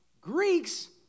Greeks